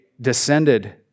descended